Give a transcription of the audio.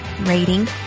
rating